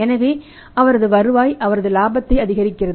எனவே அவரது வருவாய் அவரது இலாபத்தை அதிகரிக்கிறது